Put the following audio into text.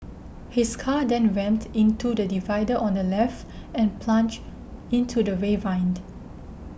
his car then rammed into the divider on the left and plunged into the ravine